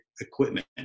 equipment